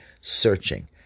searching